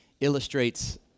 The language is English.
illustrates